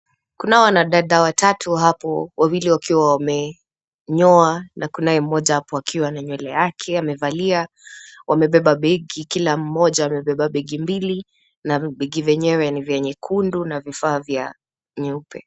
Kunao wanadada watatu hapo, wawili wakiwa wamenyoa na kunaye mmoja hapo akiwa na nywele yake amevalia. Wamebeba begi kila mmoja begi mbili na begi vyenyewe ni vya nyekundu na vifaa vya nyeupe.